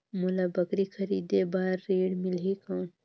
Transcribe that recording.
मोला बकरी खरीदे बार ऋण मिलही कौन?